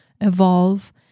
evolve